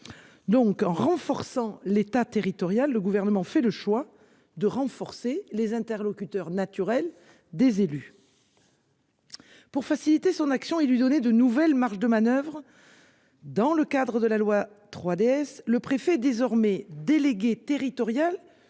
Donc en renforçant l'État territoriale, le gouvernement fait le choix de renforcer les interlocuteurs naturels des élus. Pour faciliter son action et lui donner de nouvelles marges de manoeuvre. Dans le cadre de la loi 3DS le préfet désormais, délégué territorial